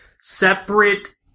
separate